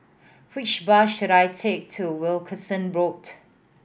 which bus should I take to Wilkinson Road